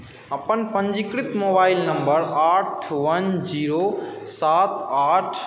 अपन पञ्जीकृत mobile number आठ वन जीरो सात आठ